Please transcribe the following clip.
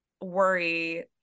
worry